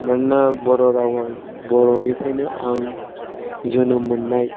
मानोना बर' राव आरो बर'निफ्रायनो आं जोनोम मोननाय